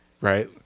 right